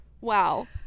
wow